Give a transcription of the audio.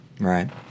Right